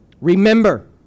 Remember